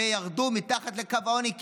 וירדו מתחת לקו העוני,